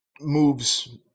moves